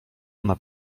ona